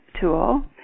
tool